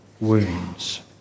wounds